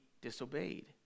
disobeyed